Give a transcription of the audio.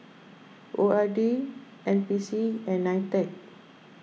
O R D N P C and Nitec